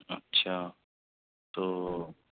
اچھا تو